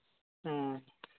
ᱦᱮᱸ